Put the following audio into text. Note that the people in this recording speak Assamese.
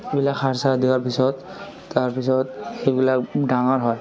সেইবিলাক সাৰ চাৰ দিয়াৰ পিছত তাৰপিছত সেইবিলাক ডাঙৰ হয়